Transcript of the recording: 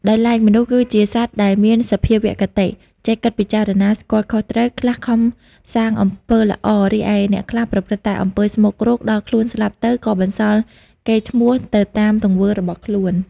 ដោយឡែក មនុស្សគឺជាសត្វដែលមានសភាវគតិ ចេះគិតពិចារណា ស្គាល់ខុសត្រូវ ខ្លះខំសាងអំពើល្អ រីឯអ្នកខ្លះប្រព្រឹត្តតែអំពើស្មោកគ្រោក ដល់ខ្លួនស្លាប់ទៅ ក៏បន្សល់កេរ្តិ៍ឈ្មោះទៅតាមទង្វើរបស់ខ្លួន។